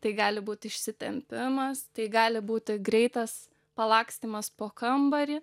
tai gali būti išsitempimas tai gali būt greitas palakstymas po kambarį